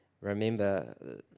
remember